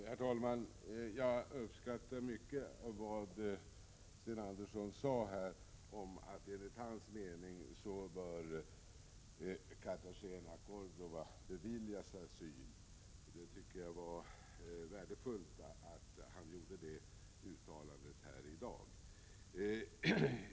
Herr talman! Jag uppskattar mycket vad Sten Andersson sade om att Cartagena Cordoba bör beviljas asyl. Det var värdefullt att han gjorde det uttalandet här i dag.